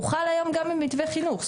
הוא חל היום גם עם מתווה חינוך,